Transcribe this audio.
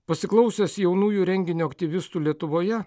pasiklausęs jaunųjų renginio aktyvistų lietuvoje